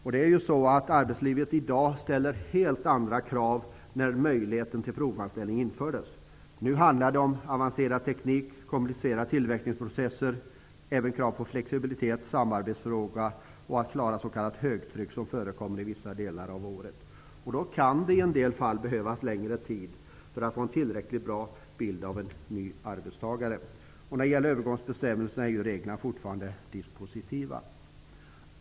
I dag ställer arbetslivet helt andra krav än när möjligheten till provanställning infördes. Nu handlar det om avancerad teknik, komplicerade tillverkningsprocesser, krav på flexibilitet, samarbetsförmåga och att klara s.k. högtryck som förekommer under vissa delar av året. Då kan det i en del fall behövas längre tid för att få en tillräckligt bra bild av en ny arbetstagare. När det gäller övergångsbestämmelserna är reglerna fortfarande dispositiva.